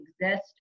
exist